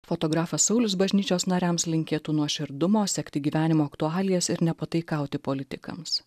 fotografas saulius bažnyčios nariams linkėtų nuoširdumo sekti gyvenimo aktualijas ir nepataikauti politikams